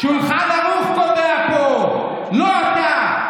שולחן ערוך קובע פה, לא אתה.